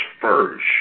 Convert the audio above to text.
first